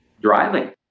driving